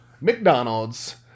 McDonald's